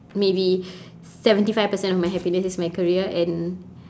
maybe seventy five percent of my happiness is my career and